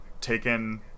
taken